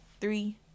Three